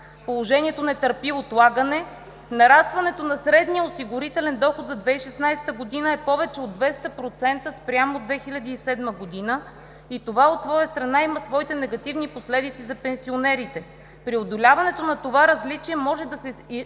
Положението не търпи отлагане. Нарастването на средния осигурителен доход за 2016 г. е повече от 200% спрямо 2007 г. и това, от своя страна, има своите негативни последици за пенсионерите. Преодоляването на това различие може да се осъществи